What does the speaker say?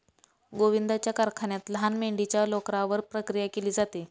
गोविंदाच्या कारखान्यात लहान मेंढीच्या लोकरावर प्रक्रिया केली जाते